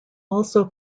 also